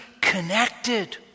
connected